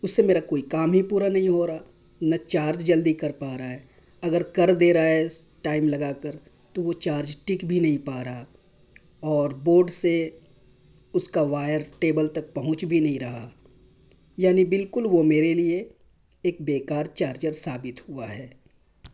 اس سے میرا کوئی کام ہی پورا نہیں ہو رہا نہ چارج جلدی کر پا رہا ہے اگر کر دے رہا ہے ٹائم لگا کر تو وہ چارج ٹک بھی نہیں پا رہا اور بورڈ سے اس کا وائر ٹیبل تک پہنچ بھی نہیں رہا یعنی بالکل وہ میرے لیے ایک بیکار چارجر ثابت ہوا ہے